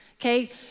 Okay